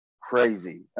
crazy